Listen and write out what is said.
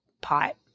pot